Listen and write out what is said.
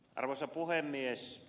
arvoisa puhemies